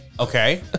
Okay